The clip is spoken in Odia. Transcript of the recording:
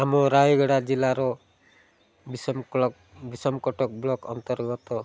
ଆମ ରାୟଗଡ଼ା ଜିଲ୍ଲାର ବିଷମ ବିଷମକଟକ ବ୍ଲକ୍ ଅନ୍ତର୍ଗତ